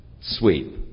sweep